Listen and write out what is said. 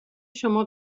شما